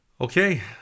Okay